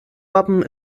wappen